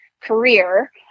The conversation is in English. career